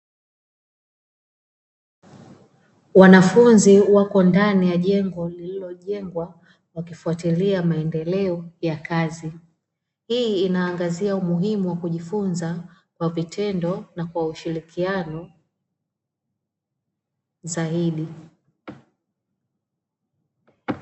Wanafunzi wako ndani ya jengo lililojengwa wakifuatilia maendeleo ya kazi. Hii inaangazia umuhimu wa kujifunza kwa vitendo na kwa ushirikiano zaidi.